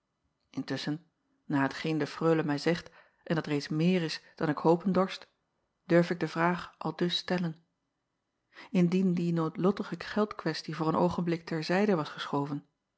ntusschen na hetgeen de reule mij zegt en dat reeds meer is dan ik hopen dorst durf ik de vraag aldus stellen indien die noodlottige geldquestie voor een oogenblik ter zijde was geschoven